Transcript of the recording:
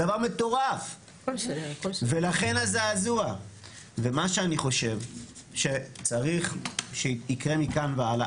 זה דבר מטורף ולכן הזעזוע ומה שאני חושב שצריך שייקרה מכאן והלאה,